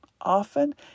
Often